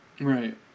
Right